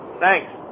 Thanks